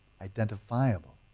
identifiable